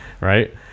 right